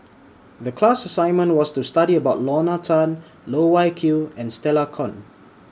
The class assignment was to study about Lorna Tan Loh Wai Kiew and Stella Kon